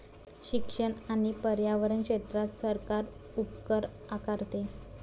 शिक्षण आणि पर्यावरण क्षेत्रात सरकार उपकर आकारते